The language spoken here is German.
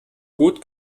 gut